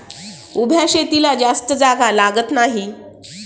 उभ्या शेतीला जास्त जागा लागत नाही